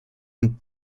und